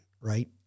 right